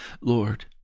Lord